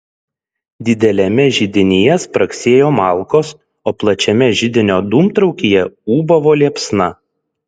dideliame židinyje spragsėjo malkos o plačiame židinio dūmtraukyje ūbavo liepsna